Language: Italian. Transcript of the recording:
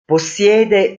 possiede